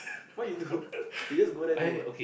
what you do you just go there do what